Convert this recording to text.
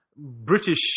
British